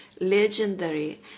Legendary